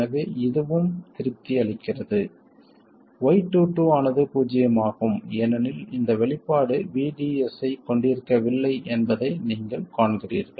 எனவே இதுவும் திருப்தி அளிக்கிறது y22 ஆனது பூஜ்ஜியமாகும் ஏனெனில் இந்த வெளிப்பாடு VDS ஐக் கொண்டிருக்கவில்லை என்பதை நீங்கள் காண்கிறீர்கள்